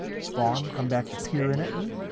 spawn, come back to peer in at me?